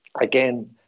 again